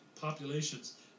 populations